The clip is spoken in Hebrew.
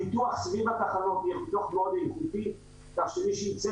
הפיתוח סביב התחנות יהיה מאוד איכותי כך שמי שייצא